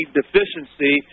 deficiency